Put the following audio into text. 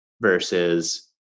versus